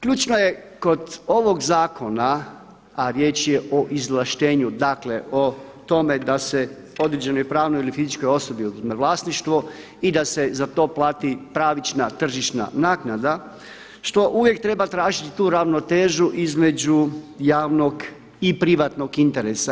Ključno je kod ovog zakona a riječ je o izvlaštenju dakle o tome da se određenoj pravnoj ili fizičkoj osobi oduzme vlasništvo i da se za to plati pravična tržišna naknada što uvijek treba tražiti tu ravnotežu između javnog i privatnog interesa.